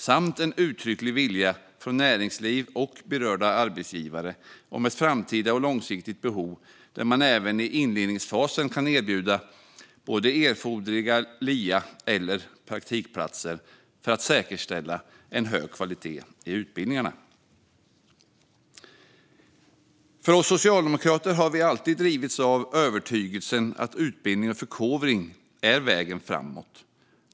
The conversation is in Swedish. Det finns en uttrycklig vilja från näringsliv och berörda arbetsgivare om ett framtida och långsiktigt behov där man även i inledningsfasen kan erbjuda erforderliga Lia eller praktikplatser för att säkerställa en hög kvalitet i utbildningarna. Vi socialdemokrater har alltid drivits av övertygelsen att utbildning och förkovring är vägen framåt.